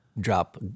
Drop